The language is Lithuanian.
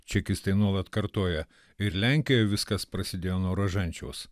čekistai nuolat kartoja ir lenkijoj viskas prasidėjo nuo rožančiaus